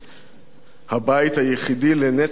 הבית היחידי לנצח נצחים.